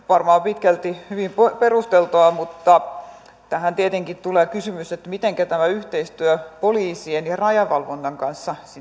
varmaan pitkälti hyvin perusteltua mutta tähän tietenkin tulee kysymys mitenkä tämä yhteistyö poliisien ja rajavalvonnan kanssa